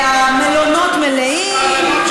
המלונות מלאים,